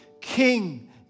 King